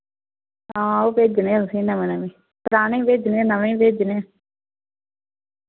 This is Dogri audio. हां ओह् भेजने तुसें नमें नमें पराने बी भेजने नमें बी भेजने